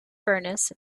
furnace